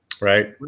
Right